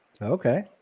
Okay